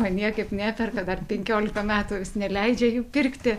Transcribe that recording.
man niekaip neperka dar penkiolika metų vis neleidžia jų pirkti